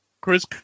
Chris